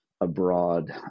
abroad